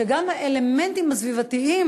גם האלמנטים הסביבתיים,